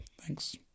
Thanks